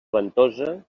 ventosa